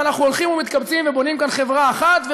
ואנחנו הולכים ומתקבצים ובונים כאן חברה אחת.